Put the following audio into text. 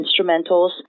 instrumentals